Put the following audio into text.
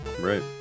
Right